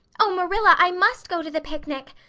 oh, marilla, i must go to the picnic.